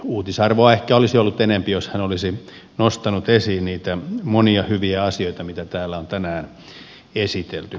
uutisarvoa ehkä olisi ollut enempi jos hän olisi nostanut esiin niitä monia hyviä asioita mitä täällä on tänään esitelty